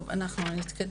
טוב, אנחנו נתקדם.